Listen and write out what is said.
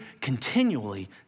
continually